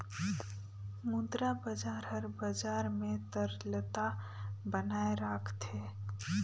मुद्रा बजार हर बजार में तरलता बनाए राखथे